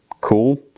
Cool